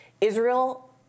Israel